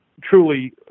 truly